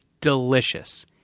delicious